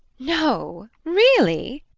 no, really?